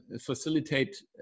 facilitate